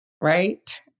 right